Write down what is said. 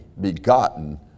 begotten